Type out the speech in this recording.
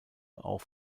auch